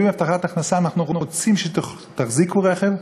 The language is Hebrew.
הבטחת הכנסה: אנחנו רוצים שתחזיקו רכב,